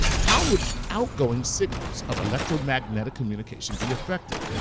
how would outgoing signals of electromagnetic communication be affected?